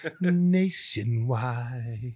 Nationwide